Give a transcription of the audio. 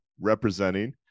representing